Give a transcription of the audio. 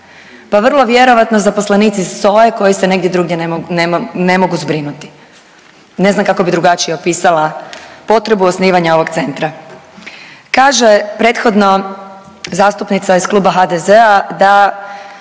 Pa vrlo vjerojatno zaposlenici SOA-e koji se nigdje drugdje ne mogu zbrinuti. Ne znam kako bi drugačije opisala potrebu osnivanja ovog centra. Kaže prethodno zastupnica iz kluba HDZ-a da